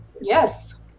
Yes